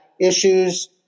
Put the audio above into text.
issues